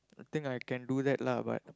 I think I can do that lah but